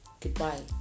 goodbye